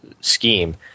scheme